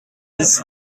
dix